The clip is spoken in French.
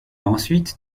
ensuite